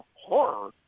horror